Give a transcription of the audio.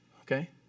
okay